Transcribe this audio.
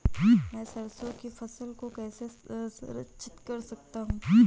मैं सरसों की फसल को कैसे संरक्षित कर सकता हूँ?